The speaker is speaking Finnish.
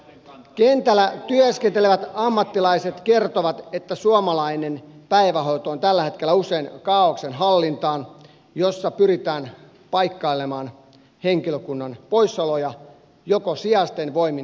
kentällä työskentelevät ammattilaiset kertovat että suomalainen päivähoito on tällä hetkellä usein kaaoksen hallintaa jossa pyritään paikkailemaan henkilökunnan poissaoloja joko sijaisten voimin tai ilman